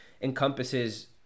Encompasses